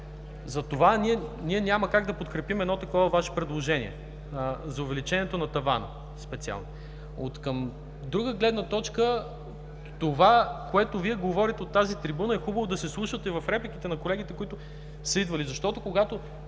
Затова няма как да подкрепим едно такова Ваше предложение, специално за увеличението на тавана. От друга гледна точка, Вие говорите от тази трибуна, но е хубаво да се вслушвате и в репликите на колегите, които са идвали.